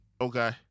Okay